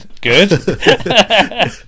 Good